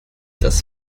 das